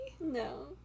No